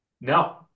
No